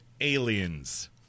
Aliens